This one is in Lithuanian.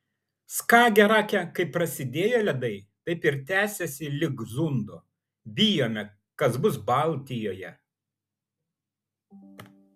skagerake kaip prasidėjo ledai taip ir tęsiasi lig zundo bijome kas bus baltijoje